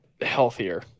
healthier